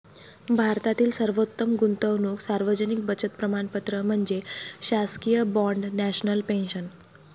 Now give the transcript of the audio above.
भारतातील सर्वोत्तम गुंतवणूक सार्वजनिक बचत प्रमाणपत्र म्हणजे शासकीय बाँड नॅशनल पेन्शन